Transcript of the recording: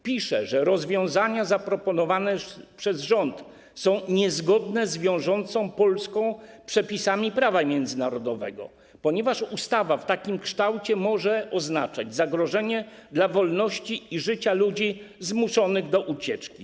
Napisane jest, że rozwiązania zaproponowane przez rząd są niezgodne z wiążącymi Polskę przepisami prawa międzynarodowego, ponieważ ustawa w takim kształcie może oznaczać zagrożenie dla wolności i życia ludzi zmuszonych do ucieczki.